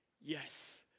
Yes